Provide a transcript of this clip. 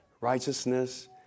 righteousness